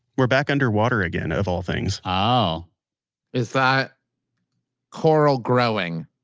we're back underwater again, of all things oh is that coral growing?